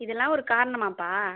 இதெல்லாம் ஒரு காரணமாப்பா